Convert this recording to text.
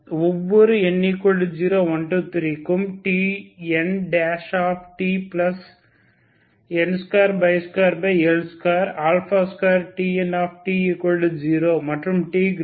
ஒவ்வொரு n0123க்கும்Tntn22L22Tnt0 மற்றும் t0